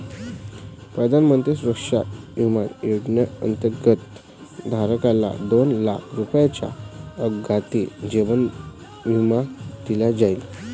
प्रधानमंत्री सुरक्षा विमा योजनेअंतर्गत, धारकाला दोन लाख रुपयांचा अपघाती जीवन विमा दिला जाईल